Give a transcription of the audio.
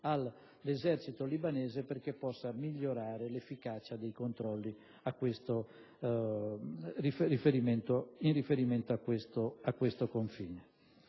all'esercito libanese perché possa migliorare l'efficacia dei controlli su quel confine.